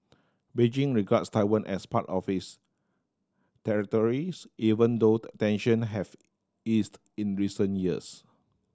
Beijing regards Taiwan as part of its territories even though tension have eased in recent years